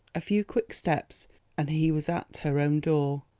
a few quick steps and he was at her own door.